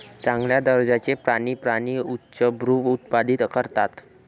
चांगल्या दर्जाचे प्राणी प्राणी उच्चभ्रू उत्पादित करतात